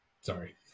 sorry